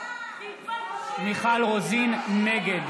(קורא בשם חברת הכנסת) מיכל רוזין, נגד